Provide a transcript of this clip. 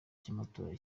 cy’amatora